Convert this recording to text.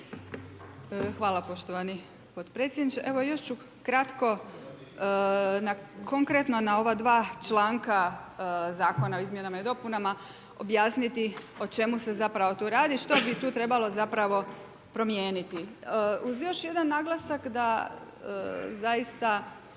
Hvala poštovani potpredsjedniče. Evo još ću kratko konkretno na ova dva članka Zakona o izmjenama i dopunama objasniti o čemu se zapravo tu radi, što bi tu trebalo zapravo promijeniti uz još jedan naglasak da zaista